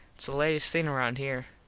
its the latest thing round here.